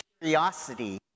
curiosity